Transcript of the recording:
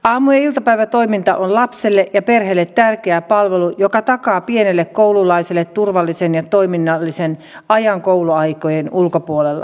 aamu ja iltapäivätoiminta on lapselle ja perheelle tärkeä palvelu joka takaa pienelle koululaiselle turvallisen ja toiminnallisen ajan kouluaikojen ulkopuolella